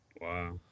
Wow